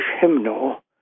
hymnal